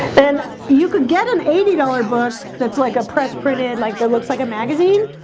and you could get an eighty dollars book that's like a press printed like that. looks like a magazine,